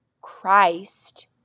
Christ